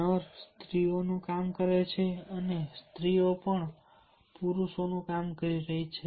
નર સ્ત્રીઓનું કામ કરે છે સ્ત્રીઓ પણ પુરુષોનું કામ કરી રહી છે